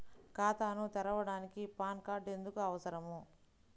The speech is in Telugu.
ఖాతాను తెరవడానికి పాన్ కార్డు ఎందుకు అవసరము?